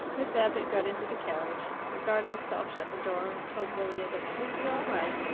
miss abbott got into the carriage. the guard himself shut the door, and told lilia that she would be all right.